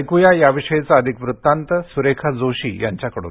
ऐक्या याविषयीचा अधिक वृत्तांत सुरेखा जोशी यांच्याकडून